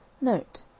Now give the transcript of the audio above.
Note